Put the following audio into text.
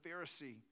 Pharisee